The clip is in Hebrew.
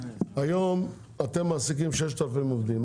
היום אתם מעסיקים כ-6,000 עובדים,